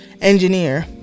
engineer